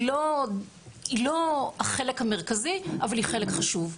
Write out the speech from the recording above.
היא לא החלק המרכזי אבל היא חלק חשוב.